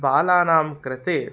बालानां कृते